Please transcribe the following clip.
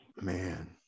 Man